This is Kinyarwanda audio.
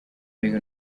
nteko